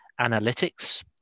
Analytics